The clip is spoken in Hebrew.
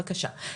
בבקשה,